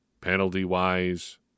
penalty-wise